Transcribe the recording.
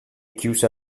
chiuse